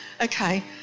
okay